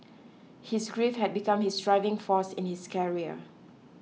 his grief had become his driving force in his career